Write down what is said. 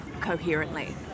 coherently